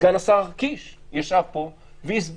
סגן השר קיש ישב פה והסביר,